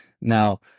Now